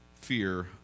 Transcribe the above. fear